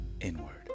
inward